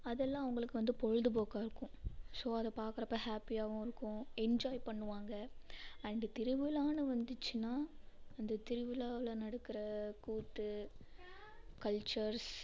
அதெல்லாம் அவங்களுக்கு வந்து பொழுதுபோக்காக இருக்கும் ஸோ அதை பார்க்குறப்ப ஹேப்பியாகவும் இருக்கும் என்ஜாய் பண்ணுவாங்க அண்ட் திருவிழான்னு வந்துச்சுனா அந்த திருவிழாவில் நடக்கிற கூத்து கல்ச்சர்ஸ்